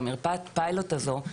במרפאת הפיילוט הזו,